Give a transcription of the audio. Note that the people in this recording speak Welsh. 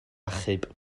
achub